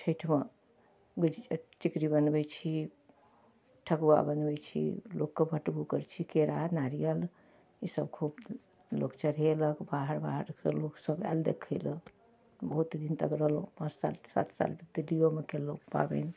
छठिमे गुड़के टिकरी बनबै छी ठकुआ बनबै छी लोकके बँटबो करै छी केरा नारियल ई सब खूब लोक चढ़ेलक बाहर बाहर सऽ लोकसब आयल देखै लए बहुत दिन तक रहलहुॅं पाँच साल सात साल तऽ दिल्लीओमे केलहुॅं पाबनि